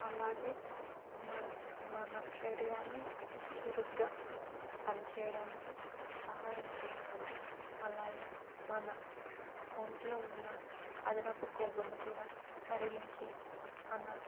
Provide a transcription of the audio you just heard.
అలాగే మన మన శరీరాన్ని చురుగ్గా పనిచేయడానికి సహాయం చేస్తుంది అలాగే మన ఒంట్లో ఉన్న అదనపు కొవ్వును కూడా కరిగించే మన